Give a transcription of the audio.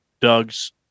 Doug's